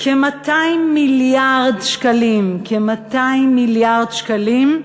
כ-200 מיליארד שקלים, כ-200 מיליארד שקלים,